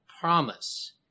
promise